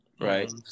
right